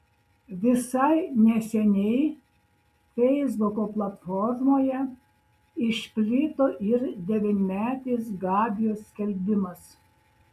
visai neseniai feisbuko platformoje išplito ir devynmetės gabijos skelbimas